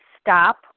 stop